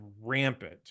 rampant